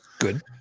Good